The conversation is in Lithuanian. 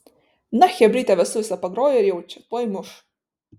na chebrytė vestuvėse pagrojo ir jaučia tuoj muš